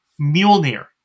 Mjolnir